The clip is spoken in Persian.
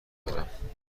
دارم